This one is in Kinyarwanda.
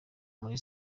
kuri